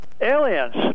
aliens